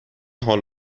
حال